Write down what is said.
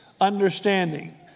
understanding